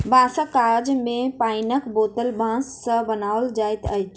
बाँसक काज मे पाइनक बोतल बाँस सॅ बनाओल जाइत अछि